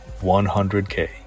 100k